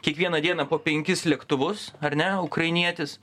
kiekvieną dieną po penkis lėktuvus ar ne ukrainietis